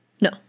No